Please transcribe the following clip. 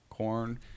Corn